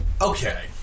Okay